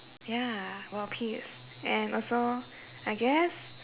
ya world peace and also I guess